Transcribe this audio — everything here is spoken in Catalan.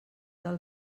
del